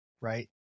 Right